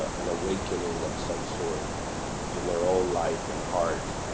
an awakening of some sort in their own life and heart.